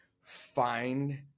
find